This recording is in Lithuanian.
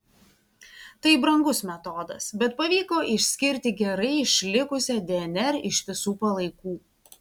tai brangus metodas bet pavyko išskirti gerai išlikusią dnr iš visų palaikų